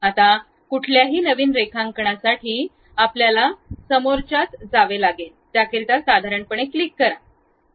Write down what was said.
आता कुठल्याही नवीन रेखांकनासाठी आपल्याला समोरच्यात जावे लागेल त्याकरिता साधारणपणे क्लिक करा